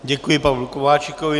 Děkuji Pavlu Kováčikovi.